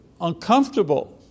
uncomfortable